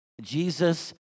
Jesus